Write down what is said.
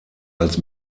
als